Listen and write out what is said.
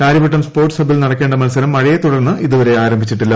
Karyavattom sports ഹബ്ബിൽ നടക്കേണ്ട മൽസരം മഴയെ തുടർന്ന് ഇതുവരെ ആരംഭിച്ചിട്ടില്ല